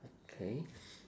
K